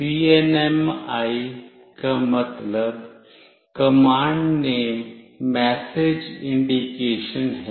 CNMI का मतलब command name message indication है